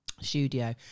studio